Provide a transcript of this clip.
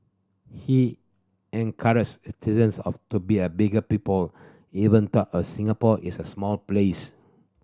he encourage citizens of to be a bigger people even though a Singapore is a small place